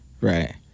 Right